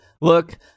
Look